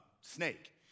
Snake